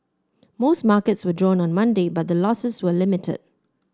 most markets were down on Monday but the losses were limited